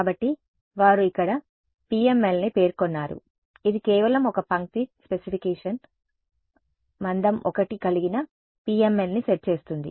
కాబట్టి వారు ఇక్కడ PMLని పేర్కొన్నారు ఇది కేవలం ఒక పంక్తి స్పెసిఫికేషన్ మందం 1 కలిగిన PML ని సెట్ చేస్తుంది